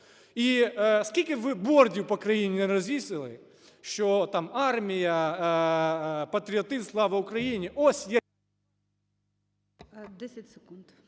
І скільки би ви бордів по країні не розвісили, що, там, "Армія! Патріотизм! Слава Україні!",